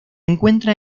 encuentra